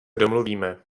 domluvíme